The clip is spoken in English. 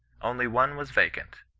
only one was vacant,